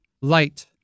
Light